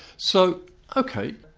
so ok,